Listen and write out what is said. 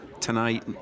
tonight